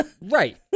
Right